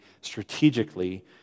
strategically